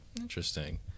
Interesting